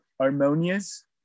harmonious